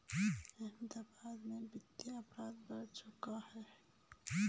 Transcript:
अहमदाबाद में वित्तीय अपराध बहुत बढ़ चुका है